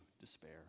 despair